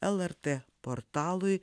lrt portalui